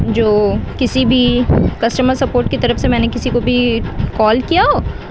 جو کسی بھی کسٹمر سپورٹ کی طرف سے میں نے کسی کو بھی کال کیا ہو